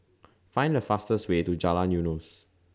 Find The fastest Way to Jalan Eunos